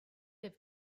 have